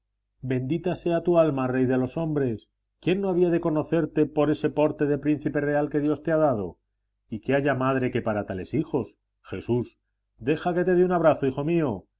bendita sea tu alma rey de los hombres quién no había de conocerte por ese porte de príncipe real que dios te ha dado y que haya madre que para tales hijos jesús deja que te dé un abrazo hijo mío